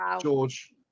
George